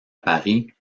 paris